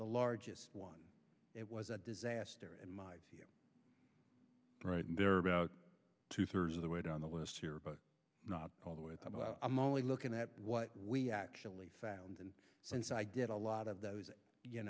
the largest one it was a disaster in my view right there about two thirds of the way down the list here but not all the way about i'm only looking at what we actually found and since i did a lot of